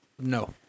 No